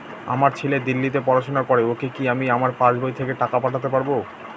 আমার ছেলে দিল্লীতে পড়াশোনা করে ওকে কি আমি আমার পাসবই থেকে টাকা পাঠাতে পারব?